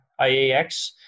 IAX